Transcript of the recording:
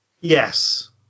yes